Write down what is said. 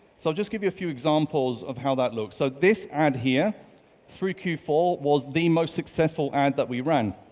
so i'll just give you a few examples of how that looks. so this ad here through q four was the most successful ad that we ran.